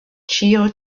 ĉio